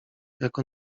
jako